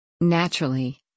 Naturally